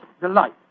delight